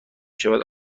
شود